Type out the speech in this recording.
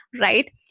right